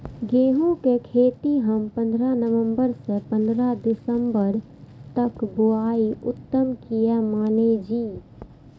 गेहूं के खेती हम पंद्रह नवम्बर से पंद्रह दिसम्बर तक बुआई उत्तम किया माने जी?